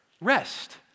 Rest